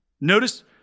Notice